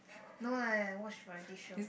no lah I watch variety show